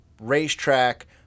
racetrack